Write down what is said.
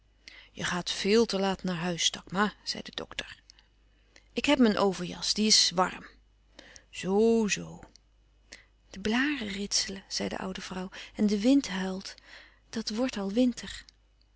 je gaat veel te laat naar huis takma zei de dokter ik heb mijn overjas die is warm zoo-zoo de blâren ritselen zei de oude vrouw en de wind huilt dat wordt al winter